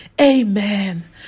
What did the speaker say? amen